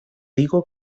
digo